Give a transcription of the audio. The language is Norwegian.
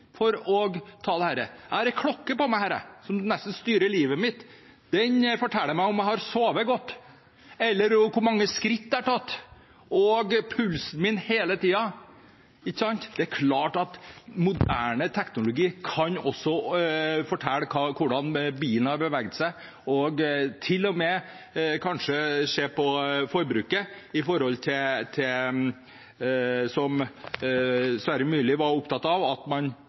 klokke på meg her, som nesten styrer livet mitt. Den forteller meg hele tiden om jeg har sovet godt, hvor mange skritt jeg har gått, og pulsen min. Det er klart at moderne teknologi også kan fortelle hvordan bilen har beveget seg – til og med kanskje se på forbruket, som Sverre Myrli var opptatt av, og at man